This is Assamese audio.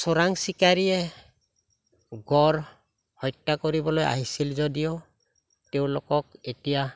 চোৰাং চিকাৰীয়ে গঁড় হত্যা কৰিবলৈ আহিছিল যদিও তেওঁলোকক এতিয়া